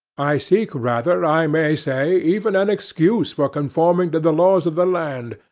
i seek rather, i may say, even an excuse for conforming to the laws of the land.